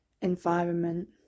environment